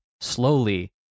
slowly